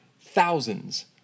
thousands